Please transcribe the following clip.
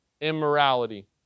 immorality